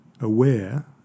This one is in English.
aware